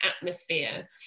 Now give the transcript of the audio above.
atmosphere